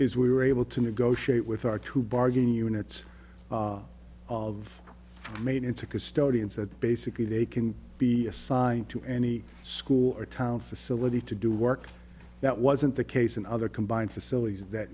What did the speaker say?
we were able to negotiate with our to bargain units of made into custodians that basically they can be assigned to any school or town facility to do work that wasn't the case in other combined facilities that